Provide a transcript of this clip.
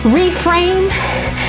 reframe